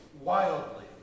wildly